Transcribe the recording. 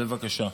בבקשה.